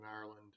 Ireland